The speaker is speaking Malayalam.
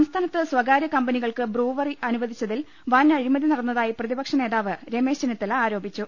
സംസ്ഥാനത്ത് സ്ഥകാര്യ കമ്പനികൾക്കു ബ്രൂവറി അനുവദിച്ചതിൽ വൻ അഴിമതി നടന്നതായി പ്രതിപക്ഷ നേതാവ് രമേശ് ചെന്നിത്തല ആരോപിച്ചു